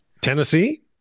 Tennessee